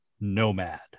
Nomad